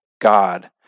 God